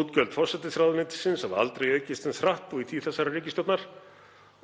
Útgjöld forsætisráðuneytisins hafa aldrei aukist jafn hratt og í tíð þessarar ríkisstjórnar